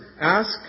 Ask